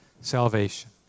salvation